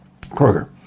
Kroger